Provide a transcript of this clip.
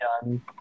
done